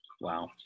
Wow